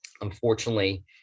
Unfortunately